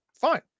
Fine